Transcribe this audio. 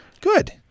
Good